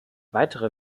weitere